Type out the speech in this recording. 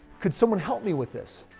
could someone help me with this?